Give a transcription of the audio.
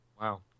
Wow